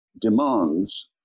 demands